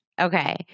Okay